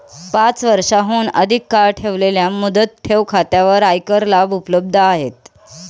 पाच वर्षांहून अधिक काळ ठेवलेल्या मुदत ठेव खात्यांवर आयकर लाभ उपलब्ध आहेत